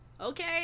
okay